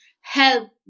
help